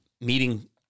meeting